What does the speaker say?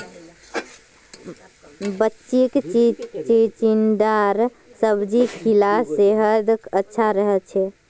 बच्चीक चिचिण्डार सब्जी खिला सेहद अच्छा रह बे